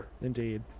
Indeed